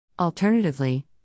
Alternatively